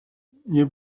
nie